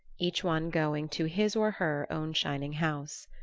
each one going to his or her own shining house.